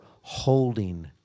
holding